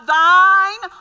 thine